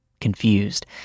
confused